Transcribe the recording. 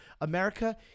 America